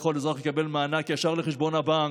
וכל אזרח יקבל מענק ישר לחשבון הבנק.